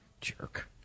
Jerk